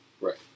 Right